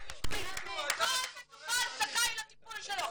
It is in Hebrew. כל מטופל זכאי לטיפול שלו,